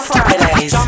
Fridays